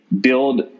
build